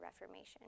Reformation